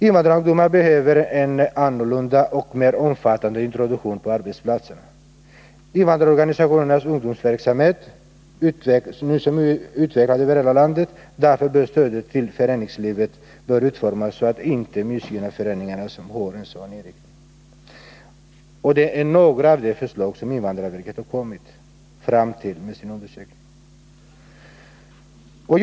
Invandrarungdomar behöver en annan, mera omfattande introduktion på arbetsplatserna. 7. Invandrarorganisationernas ungdomsverksamhet utvecklas över hela landet. Därför bör stödet till föreningslivet utformas så, att det inte missgynnar sådana föreningar. Det är några av de förslag som invandrarverket har kommit fram till med sin undersökning.